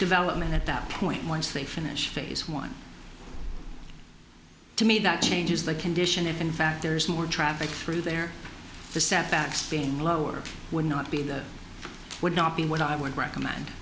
development at that point once they finish phase one to me that changes the condition if in fact there is more traffic through there the setbacks being lowered would not be that would not be what i would recommend